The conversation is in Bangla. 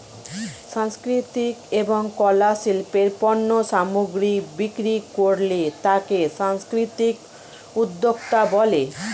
সাংস্কৃতিক এবং কলা শিল্পের পণ্য সামগ্রী বিক্রি করলে তাকে সাংস্কৃতিক উদ্যোক্তা বলে